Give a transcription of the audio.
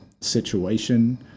situation